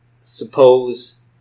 suppose